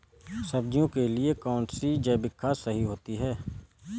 सब्जियों के लिए कौन सी जैविक खाद सही होती है?